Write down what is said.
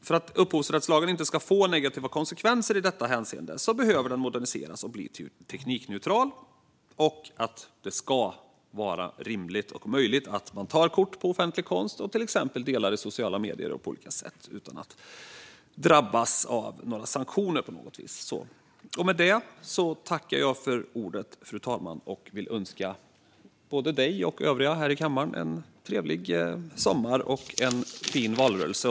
För att upphovsrättslagen inte ska få negativa konsekvenser i detta hänseende behöver den moderniseras och bli teknikneutral. Det ska vara rimligt och möjligt att ta kort på offentlig konst och till exempel dela i sociala medier utan att drabbas av sanktioner. Med detta tackar jag för ordet och vill önska både fru talmannen och övriga här i kammaren en trevlig sommar och en fin valrörelse.